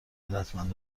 قدرتمند